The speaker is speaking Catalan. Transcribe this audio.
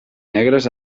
negres